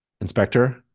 Inspector